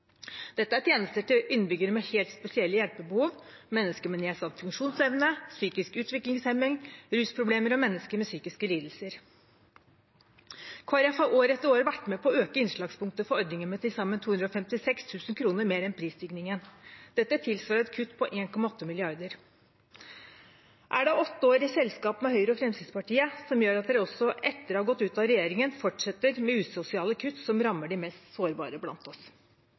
Dette er tjenester til innbyggere med helt spesielle hjelpebehov, mennesker med nedsatt funksjonsevne, psykisk utviklingshemming, rusproblemer og mennesker med psykiske lidelser. Kristelig Folkeparti har år etter år vært med på å øke innslagspunktet for ordningen med til sammen 256 000 kr mer enn prisstigningen. Dette tilsvarer et kutt på 1,8 mrd. kr. Er det åtte år i selskap med Høyre og Fremskrittspartiet som gjør at dere også, etter å ha gått ut av regjeringen, fortsetter med usosiale kutt som rammer de mest sårbare blant oss?